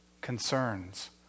concerns